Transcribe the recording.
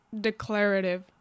declarative